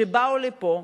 שבאה לפה,